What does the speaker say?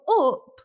up